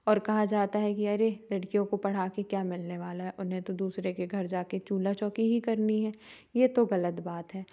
और कहा जाता है कि अरे लड़कियों को पढ़ा के क्या मिलने वाला है उन्हें तो दूसरे के घर जा के चूल्हा चौकी ही करनी है ये तो गलत बात है